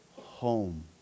home